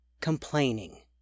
complaining